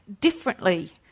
differently